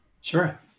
Sure